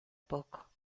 poco